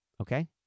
okay